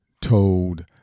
told